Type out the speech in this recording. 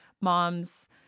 mom's